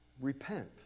Repent